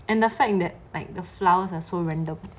and the fact that like the flowers are so random